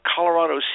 Colorado